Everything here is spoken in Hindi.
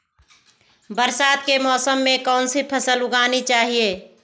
बरसात के मौसम में कौन सी फसल उगानी चाहिए?